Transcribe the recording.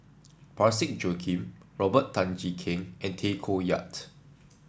Parsick Joaquim Robert Tan Jee Keng and Tay Koh Yat